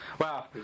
Wow